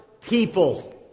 people